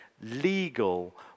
legal